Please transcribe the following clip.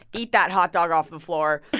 eat that hot dog off the floor.